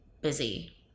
busy